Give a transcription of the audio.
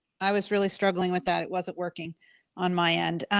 i was really struggling with that. it wasn't working on my end.